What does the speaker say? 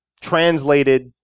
translated